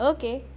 Okay